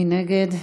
מי נגד?